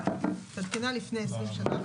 של תקינה לפני 20 שנה,